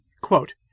Quote